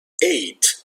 eight